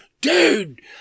Dude